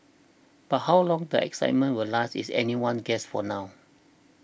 but how long the excitement will last is anyone's guess for now